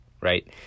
Right